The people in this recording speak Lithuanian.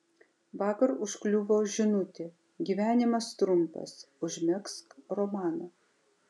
vakar užkliuvo žinutė gyvenimas trumpas užmegzk romaną